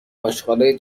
آشغالای